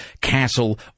Castle